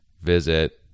visit